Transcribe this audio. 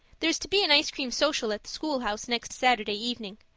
there's to be an ice-cream social at the schoolhouse next saturday evening.